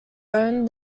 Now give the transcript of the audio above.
owned